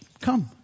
come